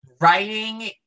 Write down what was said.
Writing